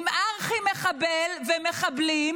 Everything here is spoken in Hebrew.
עם ארכי-מחבל ומחבלים,